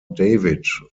david